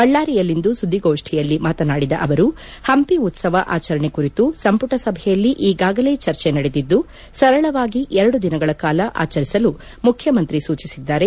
ಬಳ್ಳಾರಿಯಲ್ಲಿಂದು ಸುದ್ದಿಗೋಷ್ಠಿಯಲ್ಲಿ ಮಾತನಾದಿದ ಅವರು ಹಂಪಿ ಉತ್ಸವ ಆಚರಣೆ ಕುರಿತು ಸಂಪುಟ ಸಭೆಯಲ್ಲಿ ಈಗಾಗಲೇ ಚರ್ಚೆ ನಡೆದಿದ್ದು ಸರಳವಾಗಿ ಎರಡು ದಿನಗಳ ಕಾಲ ಆಚರಿಸಲು ಮುಖ್ಯಮಂತ್ರಿ ಸೂಚಿಸಿದ್ದಾರೆ